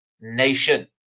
nation